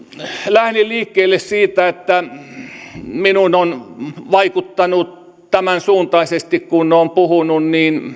lähdin liikkeelle siitä että minuun on vaikuttanut tämänsuuntaisesti kuin olen puhunut